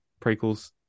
prequels